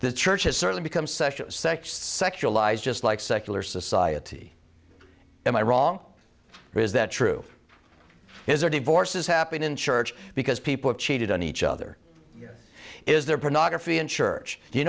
the church has certainly become such a sex sexualized just like secular society am i wrong is that true is or divorces happen in church because people have cheated on each other is there pornography in church